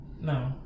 No